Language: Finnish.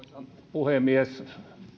puhemies